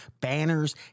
banners